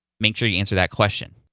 make sure you answer that question.